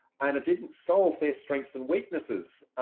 and it didn't solve their strengths and weaknesses.